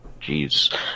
Jeez